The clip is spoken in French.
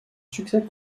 succès